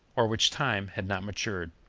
or which time had not matured.